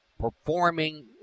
performing